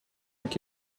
avec